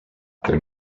their